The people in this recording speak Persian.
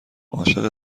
عاشق